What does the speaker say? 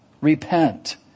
Repent